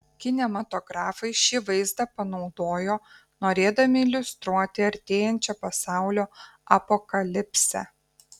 kinematografai šį vaizdą panaudojo norėdami iliustruoti artėjančią pasaulio apokalipsę